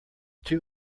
two